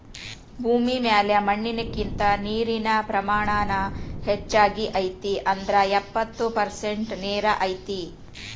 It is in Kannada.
ಭೂಮಿ ಮ್ಯಾಲ ಮಣ್ಣಿನಕಿಂತ ನೇರಿನ ಪ್ರಮಾಣಾನ ಹೆಚಗಿ ಐತಿ ಅಂದ್ರ ಎಪ್ಪತ್ತ ಪರಸೆಂಟ ನೇರ ಐತಿ